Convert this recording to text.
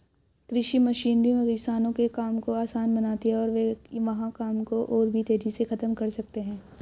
कृषि मशीनरी किसानों के काम को आसान बनाती है और वे वहां काम को और भी तेजी से खत्म कर सकते हैं